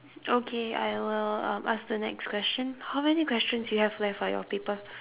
okay I will um ask the next question how many questions you have left on your paper